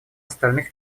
остальных